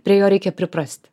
prie jo reikia priprasti